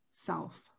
self